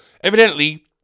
Evidently